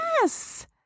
Yes